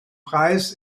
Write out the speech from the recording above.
preis